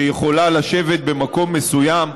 שיכולה לשבת במקום מסוים,